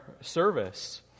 service